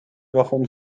wagon